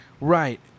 Right